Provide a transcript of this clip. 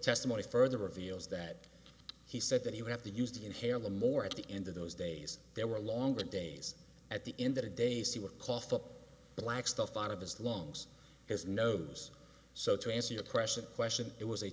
testimony further reveals that he said that he would have to use the inhaler more at the end of those days there were longer days at the end of the day see what coughed up black stuff out of his lungs his nose so to answer your question question it was a